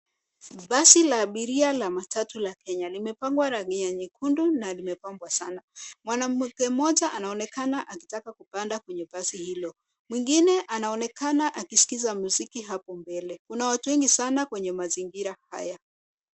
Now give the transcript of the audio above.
Basi la abiria la matatu la kenya, limepakwa rangi nyekundi na limepambwa sana. mwanamke mmoja anaonekana akitaka kupanda kwenye basi hilo, mwingine anaonekana akiskiza mziki hapo mbele. Kuna watu wengi sana kwenye mazingira haya.